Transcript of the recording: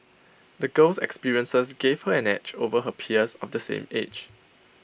the girl's experiences gave her an edge over her peers of the same age